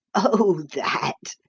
oh, that?